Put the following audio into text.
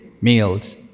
meals